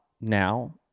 now